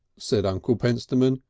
said uncle pentstemon,